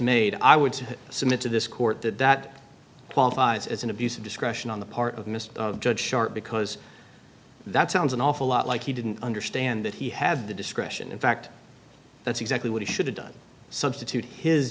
made i would submit to this court that that qualifies as an abuse of discretion on the part of mr judge sharp because that sounds an awful lot like he didn't understand that he had the discretion in fact that's exactly what he should have done substitute his